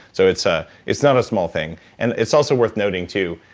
so it's ah it's not a small thing and it's also worth noting, too,